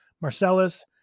Marcellus